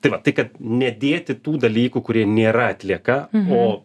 tai va tai kad nedėti tų dalykų kurie nėra atlieka o